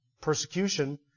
persecution